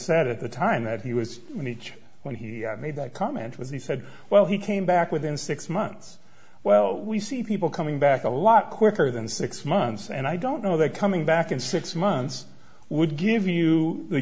said at the time that he was in each when he made that comment was he said well he came back within six months well we see people coming back a lot quicker than six months and i don't know that coming back in six months would give you the